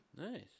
nice